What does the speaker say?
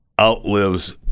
outlives